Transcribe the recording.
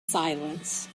silence